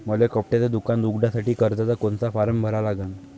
मले कपड्याच दुकान उघडासाठी कर्जाचा कोनचा फारम भरा लागन?